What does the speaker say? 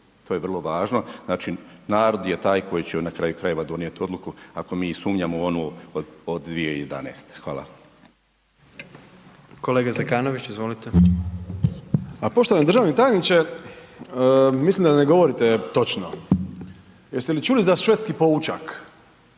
To je vrlo važno. Znači narod je taj koji će na kraju krajeva donijeti odluku ako mi i sumnjamo u onu od 2011. Hvala. **Jandroković, Gordan (HDZ)** Kolega Zekanović, izolite. **Zekanović, Hrvoje (HRAST)** Pa poštovani državni tajniče, mislim da ne govorite točno. Jeste li čuli za švedski poučak?